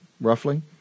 roughly